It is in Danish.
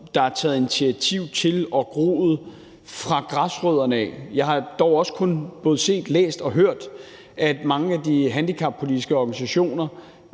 der er taget initiativ til, og som er groet op nede fra græsrødderne. Jeg har dog også kun både set, læst og hørt, at mange af de handicappolitiske organisationer